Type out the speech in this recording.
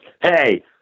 Hey